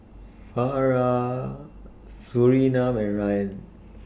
Farah Surinam and Ryan